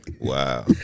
wow